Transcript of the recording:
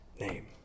name